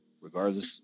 regardless –